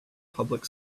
public